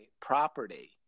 property